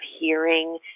hearing